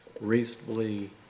reasonably